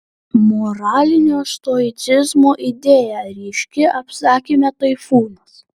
moralinio stoicizmo idėja ryški apsakyme taifūnas